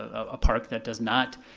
a park that does not,